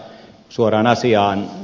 suoraan asiaan